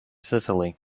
sicily